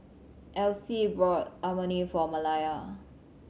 Elsie bought Imoni for Malaya